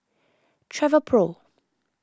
Travelpro